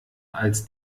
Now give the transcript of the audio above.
als